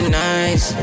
nice